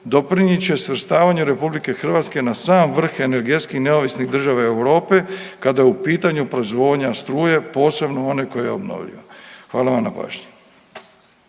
doprinijet će svrstavanju RH na sam vrh energetski neovisnih država Europe kada je u pitanju proizvodnja struje, posebno one koja je obnovljiva. Hvala vam na pažnji.